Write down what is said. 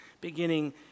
beginning